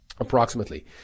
approximately